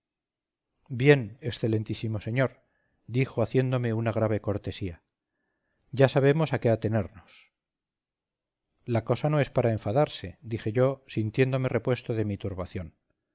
bien excelentísimo señor dijo haciéndome una grave cortesía ya sabemos a qué atenernos la cosa no es para enfadarse dije yo sintiéndome repuesto de mi turbación